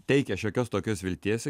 teikia šiokios tokios vilties